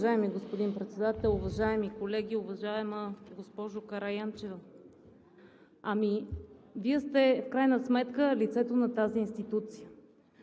Вие сте в крайна сметка лицето на тази институция,